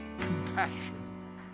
compassion